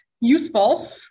useful